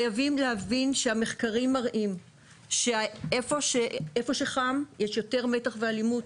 חייבים להבין שהמחקרים מראים שהיכן שחם יש יותר מתח ואלימות,